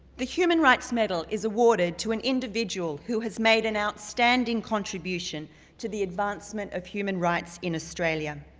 the human rights medal is awarded to an individual who has made an outstanding contribution to the advancement of human rights in australia.